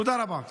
תודה רבה.